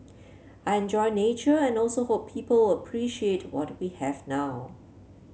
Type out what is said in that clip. I enjoy nature and also hope people will appreciate what we have now